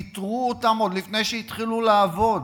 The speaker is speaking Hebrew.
פיטרו אותם עוד לפני שהתחילו לעבוד.